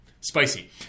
Spicy